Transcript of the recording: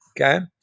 okay